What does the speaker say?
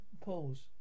pause